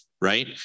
right